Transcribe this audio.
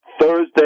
Thursday